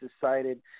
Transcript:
decided